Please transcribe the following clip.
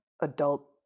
adult